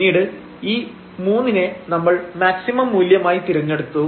പിന്നീട് ഈ 3 നെ നമ്മൾ മാക്സിമം മൂല്യമായി തിരഞ്ഞെടുത്തു